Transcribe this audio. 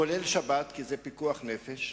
כולל שבת, כי זה פיקוח נפש.